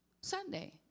Sunday